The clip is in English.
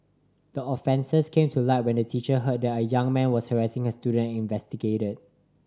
the offences came to light when a teacher heard that a young man was harassing her students and investigated